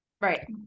Right